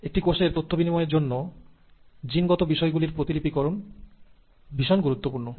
একটি কোষের তথ্য বিনিময়ের জন্য জিনগত বিষয়গুলির ডুপ্লিকেশন ভীষণ গুরুত্বপূর্ণ